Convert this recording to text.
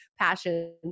passion